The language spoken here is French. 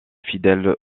fidèles